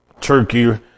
Turkey